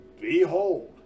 behold